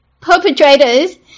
perpetrators